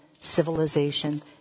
civilization